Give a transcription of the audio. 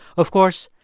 of course,